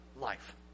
life